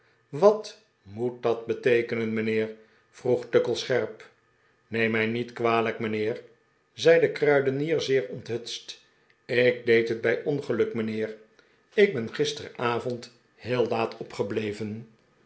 wat moet dat beteekenen mijnheer vroeg tuckle scherp neem het mij niet kwalijk mijnheer zei de kruidenier zeer onthutst ik deed het bij ongeluk mijnheer ik ben gisterenavond heel laat opgebleven